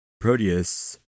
Proteus